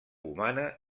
humana